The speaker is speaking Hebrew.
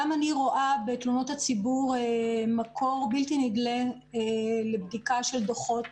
גם אני רואה בתלונות הציבור מקור בלתי נדלה לבדיקה של דוחות